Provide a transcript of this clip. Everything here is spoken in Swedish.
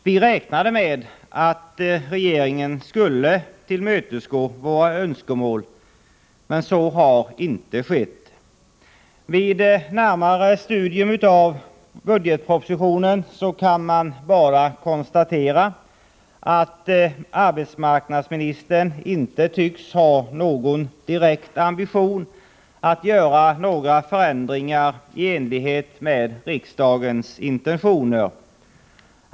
Vi räknade med att regeringen skulle tillmötesgå våra önskemål, men så har inte skett. Vid närmare studium av budgetpropositionen kan man bara konstatera att arbetsmarknadsministern inte tycks ha någon direkt ambition att göra förändringar i enlighet med riksdagens intentioner.